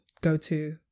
go-to